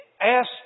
ask